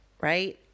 right